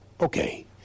Okay